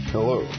Hello